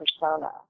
persona